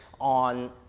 on